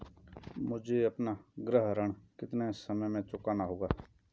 मुझे अपना गृह ऋण कितने समय में चुकाना होगा?